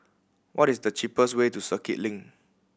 what is the cheapest way to Circuit Link